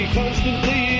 constantly